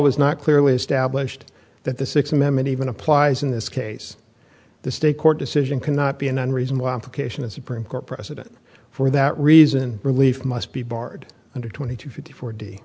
is not clearly established that the sixth amendment even applies in this case the state court decision cannot be an unreasonable application in supreme court precedent for that reason relief must be barred under twenty two fifty four d